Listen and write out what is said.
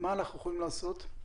אנחנו יכולים לעשות?